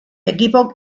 equipo